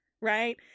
right